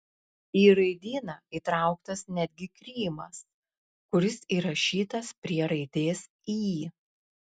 į raidyną įtrauktas netgi krymas kuris įrašytas prie raidės y